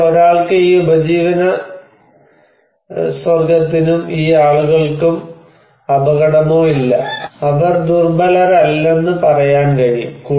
അപ്പോൾ ഒരാൾക്ക് ഈ ഉപജീവനസ്വർഗ്ഗത്തിനും ഈ ആളുകൾക്കും അപകടമോ ഇല്ല അവർ ദുർബലരല്ലെന്ന് പറയാൻ കഴിയും